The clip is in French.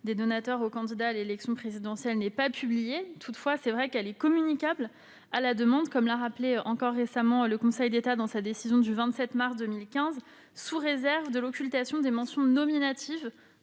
des donateurs aux candidats à l'élection présidentielle n'est pas publiée ; toutefois, elle est communicable à la demande, comme l'a rappelé le Conseil d'État dans sa décision du 27 mars 2015, sous réserve de l'occultation des mentions nominatives